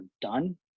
done